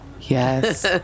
Yes